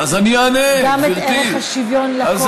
גם ערך השוויון לכול,